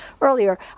earlier